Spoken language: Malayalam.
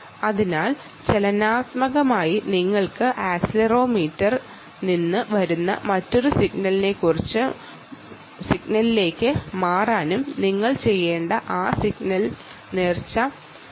അതിനാൽ ഡൈനാമിക്കലി നിങ്ങൾക്ക് ആക്സിലറോമീറ്ററിൽ നിന്ന് വരുന്ന മറ്റൊരു സിഗ്നേച്ചറിലേക്ക് മാറേണ്ടിവരുന്നു